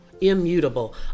immutable